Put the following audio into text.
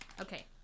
Okay